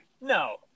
No